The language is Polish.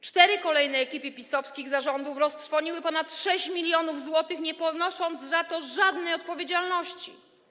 Cztery kolejne ekipy PiS-owskich zarządów roztrwoniły ponad 6 mln zł, nie ponosząc za to żadnej odpowiedzialności.